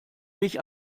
mich